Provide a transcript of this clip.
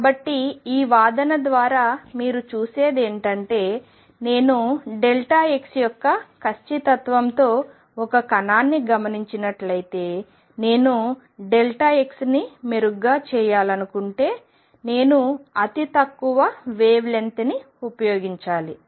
కాబట్టి ఈ వాదన ద్వారా మీరు చూసేది ఏమిటంటే నేను x యొక్క ఖచ్చితత్వంతో ఒక కణాన్ని గమనించినట్లయితే నేను x ని మెరుగ్గా చేయాలనుకుంటే నేను అతి తక్కువ వేవ్ లెంగ్త్ తరంగదైర్ఘ్యంని ఉపయోగించాలి